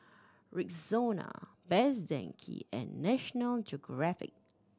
Rexona Best Denki and National Geographic